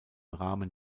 rahmen